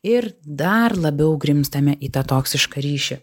ir dar labiau grimztame į tą toksišką ryšį